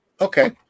Okay